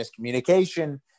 miscommunication